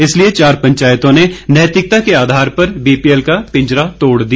इसलिए चार पंचायतों ने नैतिकता के आधार पर बीपीएल का पिंजरा तोड़ दिया